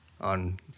On